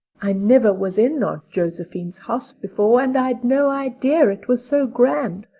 i never was in aunt josephine's house before, and i'd no idea it was so grand.